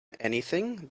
anything